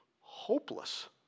hopeless